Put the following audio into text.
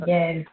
Yes